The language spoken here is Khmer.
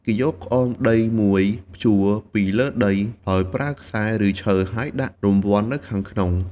គេយកក្អមដីមួយព្យួរពីលើដីដោយប្រើខ្សែ ឬឈើ ហើយដាក់រង្វាន់នៅខាងក្នុង។